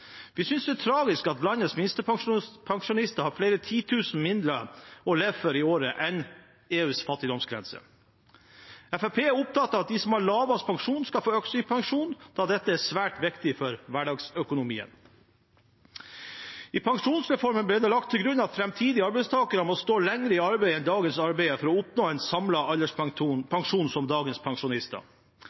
Vi synes det er tragisk at landets minstepensjonister har flere titusen mindre å leve for i året enn det som er EUs fattigdomsgrense. Fremskrittspartiet er opptatt av at de som har lavest pensjon, skal få økt sin pensjon, da dette er svært viktig for hverdagsøkonomien. I pensjonsreformen ble det lagt til grunn at framtidige arbeidstakere må stå lenger i arbeid enn dagens arbeidere for å oppnå en samlet alderspensjon som den dagens pensjonister